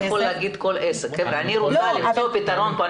אני רוצה למצוא פה פתרון.